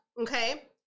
okay